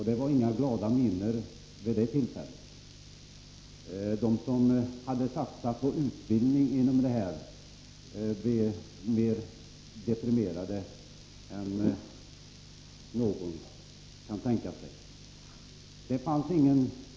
Det var inga glada miner vid det tillfället. De som hade satsat på utbildning inom detta område tappade också framtidstron.